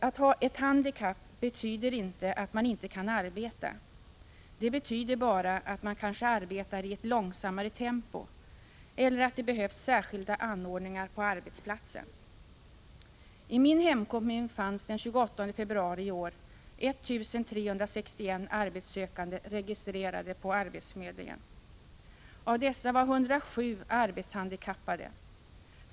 Att ha ett handikapp betyder inte att man inte kan arbeta. Det betyder bara att man kanske arbetar i ett långsammare tempo, eller att det behövs särskilda anordningar på arbetsplatsen. I min hemkommun fanns det den 28 februari i år 1 361 arbetssökande registrerade på arbetsförmedlingen. Av dessa var 107 arbetshandikappade.